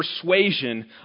persuasion